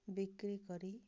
ବିକ୍ରି କରି